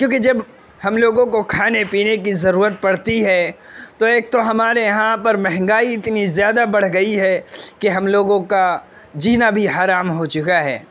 کیوںکہ جب ہم لوگوں کو کھانے پینے کی ضرورت پڑتی ہے ایک تو ہمارے یہاں پر مہنگائی اتنی زیادہ بڑھ گئی ہے کہ ہم لوگوں کا جینا بھی حرام ہو چکا ہے